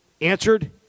answered